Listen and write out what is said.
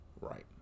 Right